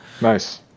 Nice